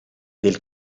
del